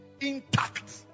Intact